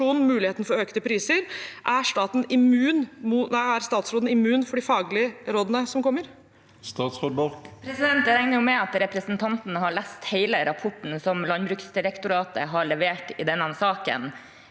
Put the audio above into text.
muligheten for økte priser. Er statsråden immun mot de faglige rådene som kommer? Statsråd Sandra Borch Jeg regner med at representanten har lest hele rapporten som Landbruksdirektoratet har levert i denne saken.